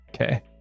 Okay